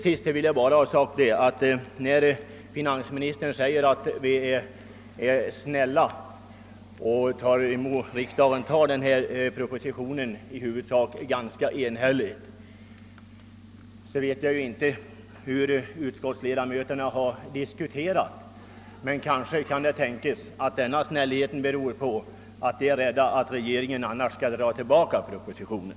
Slutligen tyckte finansminstern att vi är snälla när vi i stort sett enhälligt antar den framlagda propositionen. Jag vet inte hur diskussionen gått bland utskottsledamöterna, men det kanske kan tänkas att denna snällhet beror på att de var rädda för att regeringen annars helt eller delvis skulle dra tillbaka propositionen.